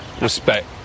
Respect